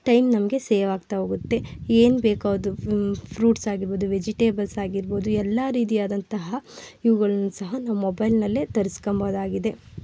time ನಮಗೆ save ಆಗ್ತಾಹೋಗುತ್ತೆ ಏನು ಬೇಕೋ ಅದು ಫ್ರೂಟ್ಸ್ ಆಗಿರ್ಬೋದು ವೆಜಿಟೇಬಲ್ಸ್ ಆಗಿರ್ಬೋದು ಎಲ್ಲ ರೀತಿ ಆದಂತಹ ಇವುಗಳು ಸಹ ನಮ್ಮ ಮೊಬೈಲ್ನಲ್ಲೆ ತರಿಸ್ಕೋಬೋದಾಗಿದೆ